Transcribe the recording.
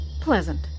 Pleasant